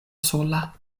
sola